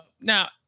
Now